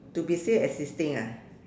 to be still existing ah